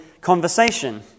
conversation